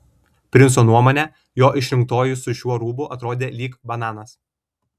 princo nuomone jo išrinktoji su šiuo rūbu atrodė lyg bananas